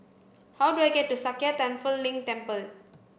how do I get to Sakya Tenphel Ling Temple